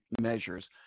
measures